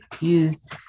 use